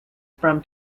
from